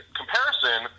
comparison